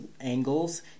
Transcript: angles